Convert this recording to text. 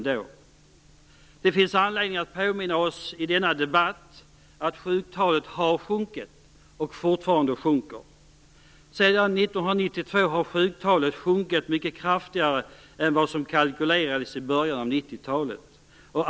I denna debatt finns det anledning att påminna sig att sjuktalet har sjunkit och fortfarande sjunker. Sedan 1992 har sjuktalet sjunkit mycket kraftigare än vad som kalkylerades i början av 90-talet.